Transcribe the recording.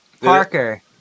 Parker